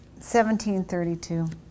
1732